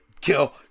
Kill